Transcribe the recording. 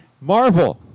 Marvel